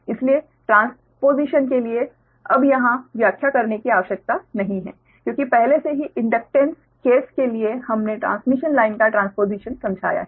इसलिए ट्रांसपोजिशन के लिए अब यहाँ व्याख्या करने की आवश्यकता नहीं है क्योंकि पहले से ही इंडक्टेन्स केस के लिए हमने ट्रांसमिशन लाइन का ट्रांसपोजिशन समझाया है